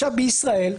בישראל,